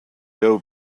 doe